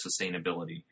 sustainability